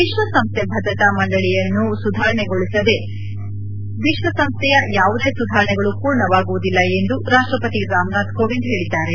ವಿಶ್ವಸಂಸ್ದೆ ಭದ್ರತಾ ಮಂಡಳಿಯನ್ನು ಸುಧಾರಣೆಗೊಳಿಸದೆ ವಿಶ್ವಸಂಸ್ದೆಯ ಯಾವುದೇ ಸುಧಾರಣೆಗಳು ಪೂರ್ಣವಾಗುವುದಿಲ್ಲ ಎಂದು ರಾಷ್ಟ ಪತಿ ರಾಮನಾಥ್ ಕೋವಿಂದ್ ಹೇಳಿದ್ದಾರೆ